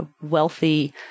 wealthy